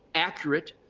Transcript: accurate,